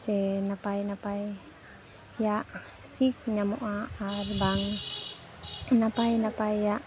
ᱥᱮ ᱱᱟᱯᱟᱭ ᱱᱟᱯᱟᱭᱟᱜ ᱥᱤᱠ ᱧᱟᱢᱚᱜᱼᱟ ᱟᱨᱵᱟᱝ ᱱᱟᱯᱟᱭ ᱱᱟᱯᱟᱭᱟᱜ